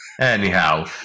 Anyhow